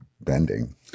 bending